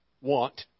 want